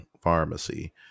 pharmacy